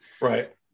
Right